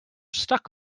stuck